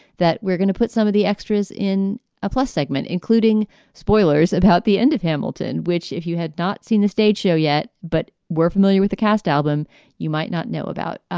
that we're going to put some of the extras in a plus segment, including spoilers about the end of hamilton, which if you had not seen the stage show yet, but we're familiar with the cast album you might not know about.